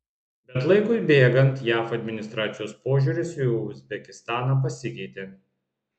bet laikui bėgant jav administracijos požiūris į uzbekistaną pasikeitė